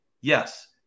yes